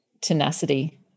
tenacity